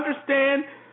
understand